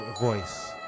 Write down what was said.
voice